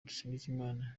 dusingizimana